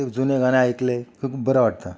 ते जुने गाणे ऐकले की खूप बरं वाटतं